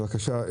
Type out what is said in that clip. בבקשה,